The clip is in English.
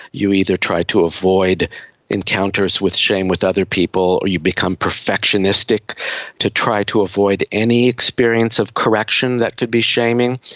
you either try to avoid encounters with shame with other people or you become perfectionistic to try to avoid any experience of correction that could be shaming.